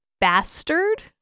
bastard